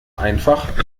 einfach